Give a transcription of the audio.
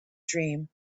dream